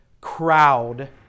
crowd